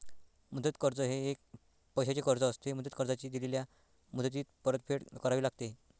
मुदत कर्ज हे एक पैशाचे कर्ज असते, मुदत कर्जाची दिलेल्या मुदतीत परतफेड करावी लागते